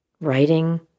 writing